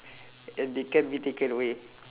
and they can be taken away